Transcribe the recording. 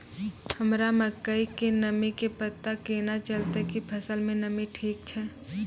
हमरा मकई के नमी के पता केना चलतै कि फसल मे नमी ठीक छै?